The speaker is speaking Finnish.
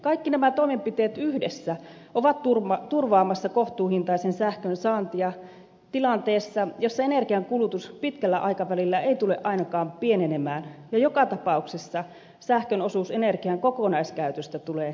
kaikki nämä toimenpiteet yhdessä ovat turvaamassa kohtuuhintaisen sähkön saantia tilanteessa jossa energiankulutus pitkällä aikavälillä ei tule ainakaan pienenemään ja joka tapauksessa sähkön osuus energian kokonaiskäytöstä tulee lisääntymään